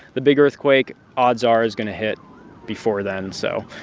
the big earthquake, odds are, is going to hit before then, so.